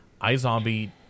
iZombie